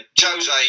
Jose